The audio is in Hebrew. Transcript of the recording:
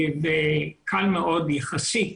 וקל מאוד יחסית